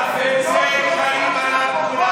חפצי חיים אנחנו,